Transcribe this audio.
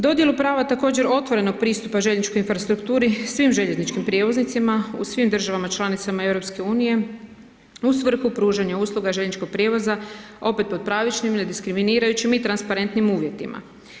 Dodjelu prava također otvorenog pristupa željezničkoj infrastrukturi, svim željezničkim prijevoznicima u svim državama članicama EU u svrhu pružanja usluga željezničkog prijevoza opet pod pravičnim, ne diskriminirajućim i transparentnim uvjetima.